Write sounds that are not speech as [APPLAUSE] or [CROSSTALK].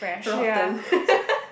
rotten [LAUGHS]